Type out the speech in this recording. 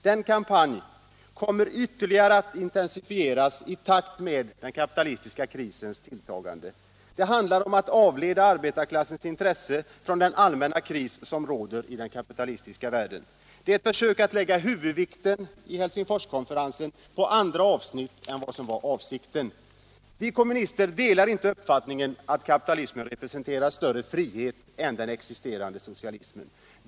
Denna kampanj kommer ytterligare att intensifieras i takt med den kapitalistiska krisens tilltagande. Det handlar om att avleda arbetarklassens intresse från den allmänna kris som råder i den kapitalistiska världen. Det är ett försök att vid Helsingforskonferensen lägga huvudvikten på andra avsnitt än de som avsetts behandlas. Vi kommunister delar inte uppfattningen att kapitalismen representerar större frihet än den existerande socialismen.